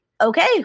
okay